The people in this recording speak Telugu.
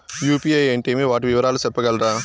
యు.పి.ఐ అంటే ఏమి? వాటి వివరాలు సెప్పగలరా?